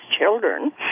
children